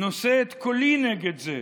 נושא את קולי נגד זה,